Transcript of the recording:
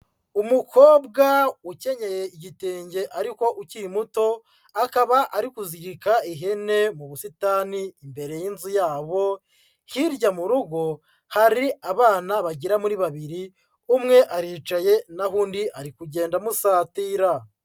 Umukobwa ukenyeye igitenge ariko ukiri muto, akaba ari kuzirika ihene mu busitani imbere y'inzu yabo, hirya mu rugo hari abana bagera muri babiri. umwe aricaye na ho undi ari kugenda amusatira.